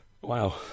Wow